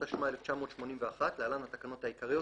התשמ"א-1981 (להלן - התקנות העיקריות),